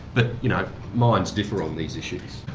but you know minds differ on these issues.